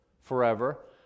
forever